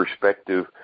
perspective